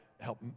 help